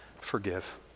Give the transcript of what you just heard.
forgive